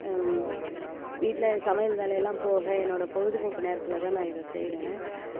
வீட்டில் சமையல் வேலை எல்லாம் போக என்னோடய பொழுதுபோக்கு நேரத்தில் தான் நான் இதை செய்கிறேன்